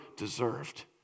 deserved